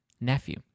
nephew